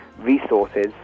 resources